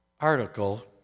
article